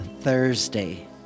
Thursday